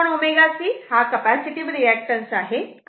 1 ω C हा capacitive reactance आहे